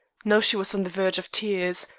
now she was on the verge of tears,